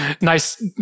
Nice